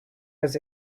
does